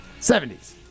70s